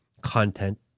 content